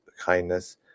kindness